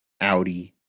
Audi